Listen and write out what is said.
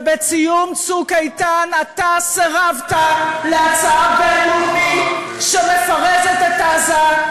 ובסיום "צוק איתן" אתה סירבת להצעה בין-לאומית שמפרזת את עזה,